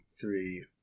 three